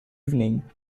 evening